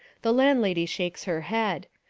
the landlady shakes her head.